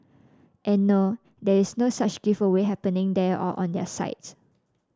and no there is no such giveaway happening there or on their site